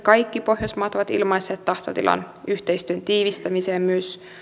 kaikki pohjoismaat ovat ilmaisseet tahtotilan yhteistyön tiivistämiseen myös